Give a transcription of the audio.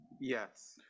Yes